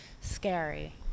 scary